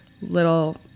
little